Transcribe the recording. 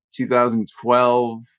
2012